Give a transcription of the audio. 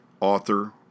author